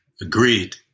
Agreed